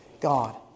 God